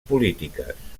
polítiques